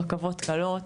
רכבות קלות,